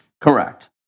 Correct